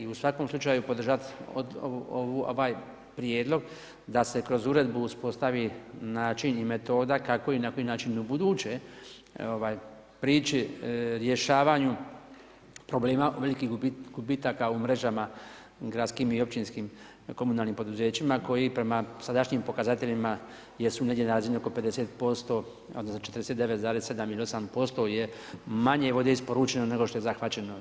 I u svakom slučaju podržati ovaj prijedlog da se kroz uredbu uspostavi način i metoda kako i na koji način ubuduće prići rješavanju problema velikih gubitaka u mrežama gradskim i općinskim komunalnim poduzećima koji prema sadašnjim pokazateljima jesu na razini negdje oko 50% odnosno 49,7 ili 8% je manje vode isporučeno nego što je zahvaćeno.